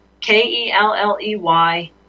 K-E-L-L-E-Y